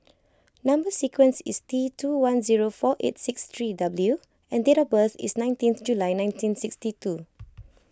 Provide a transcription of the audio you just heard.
Number Sequence is T two one zero four eight six three W and date of birth is nineteen July nineteen sixty two